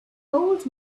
old